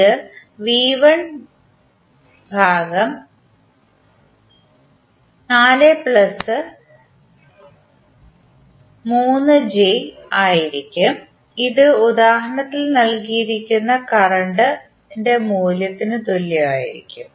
ഇത് 4 j3 ആയിരിക്കും ഇത് ഉദാഹരണത്തിൽ നൽകിയിരിക്കുന്ന കറണ്ട് ഇന്റെ മൂല്യത്തിന് തുല്യമായിരിക്കും